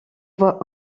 voix